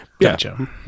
Gotcha